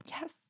Yes